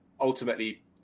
ultimately